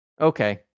okay